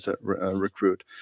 recruit